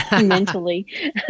mentally